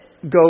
go